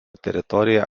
teritorija